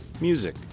music